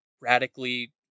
radically